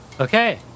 Okay